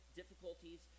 difficulties